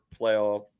playoff